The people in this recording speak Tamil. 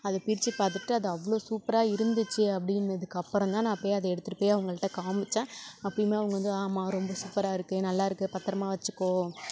அதை பிரிச்சி பார்த்துட்டு அது அவ்வளோ சூப்பராக இருந்துச்சு அப்படின்னதுக்கு அப்புறம் தான் நான் போய் அதை எடுத்துகிட்டு போய் அவங்கள்ட்ட காமிச்சேன் அப்பயுமே அவங்க வந்து ஆமாம் ரொம்ப சூப்பராக இருக்கு நல்லாருக்கு பத்ரமாக வச்சுக்கோ